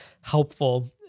helpful